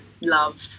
love